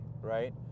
right